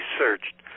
searched